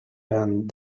and